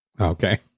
Okay